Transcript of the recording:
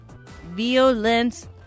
Violence